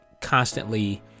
constantly